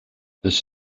this